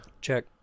check